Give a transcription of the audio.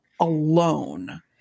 alone